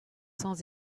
sans